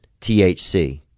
THC